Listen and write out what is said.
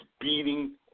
beating